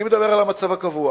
אני מדבר על המצב הקבוע